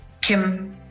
Kim